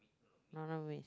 no not mid age